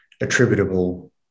attributable